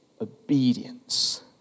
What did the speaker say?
Obedience